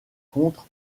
contre